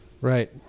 Right